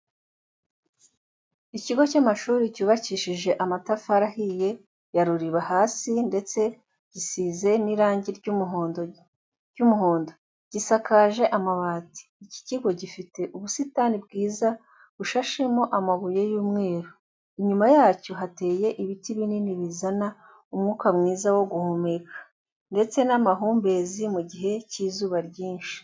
Ikigo cy'amashuri cyubakishije amatafari ahiye ya ruriba hasi, ndetse gisize n'irangi ry'umuhondo, gisakaje amabati. Iki kigo gifite ubusitani bwiza bushashemo amabuye y'umweru, inyuma yacyo hateye ibiti binini bizana umwuka mwiza wo guhumeka, ndetse n'amahumbezi mu gihe cy'izuba ryinshi.